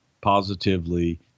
positively